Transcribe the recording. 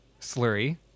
slurry